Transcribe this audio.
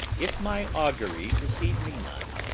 if my augury deceive me not,